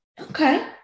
Okay